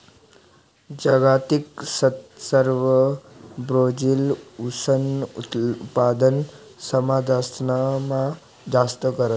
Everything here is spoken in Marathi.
जागतिक स्तरवर ब्राजील ऊसनं उत्पादन समदासमा जास्त करस